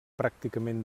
pràcticament